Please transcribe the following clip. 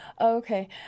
okay